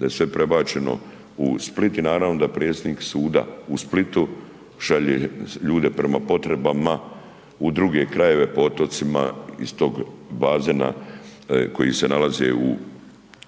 Da sve prebačeno u Split i naravno da predsjednik suda u Splitu šalje ljude prema potrebama u druge krajeve, po otocima iz toga bazena koji se nalazi u